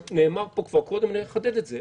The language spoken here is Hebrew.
נאמר פה כבר קודם, ונחדד את זה.